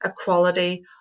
equality